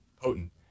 potent